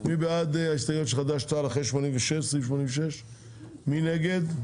מי בעד ההסתייגויות של חד"ש תע"ל אחרי סעיף 86. מי נגד?